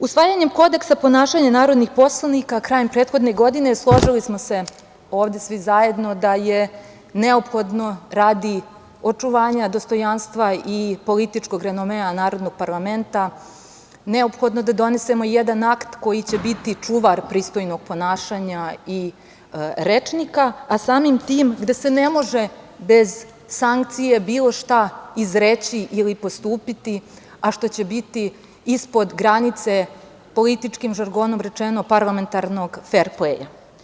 Usvajanjem Kodeksa ponašanja narodnih poslanika krajem prethodne godine, složili smo se ovde svi zajedno, da je neophodno radi očuvanja dostojanstva i političkog renomea narodnog parlamenta, neophodno da donesemo jedan akt koji će biti čuvar pristojnog ponašanja i rečnika, a samim tim da se ne može bez sankcije bilo šta izreći ili postupiti, a što će biti ispod granice, političkim žargonom rečeno, parlamentarnog fer pleja.